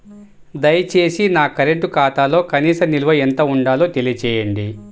దయచేసి నా కరెంటు ఖాతాలో కనీస నిల్వ ఎంత ఉండాలో తెలియజేయండి